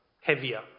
heavier